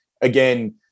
again